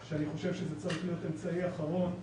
שאני חושב שזה צריך להיות אמצעי אחרון,